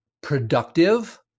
productive